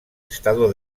estado